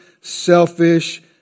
selfish